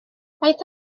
faint